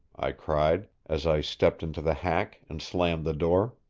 i cried, as i stepped into the hack and slammed the door.